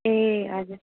ए हजुर